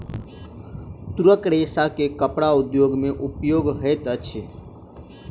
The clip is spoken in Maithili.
तूरक रेशा के कपड़ा उद्योग में उपयोग होइत अछि